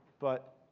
but